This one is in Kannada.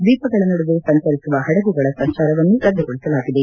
ದ್ವೀಪಗಳ ನಡುವೆ ಸಂಚರಿಸುವ ಪಡಗುಗಳ ಸಂಚಾರವನ್ನು ರದ್ದುಗೊಳಿಸಲಾಗಿದೆ